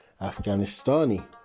Afghanistani